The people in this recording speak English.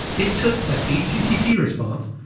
it took that http response,